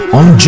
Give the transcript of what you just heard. on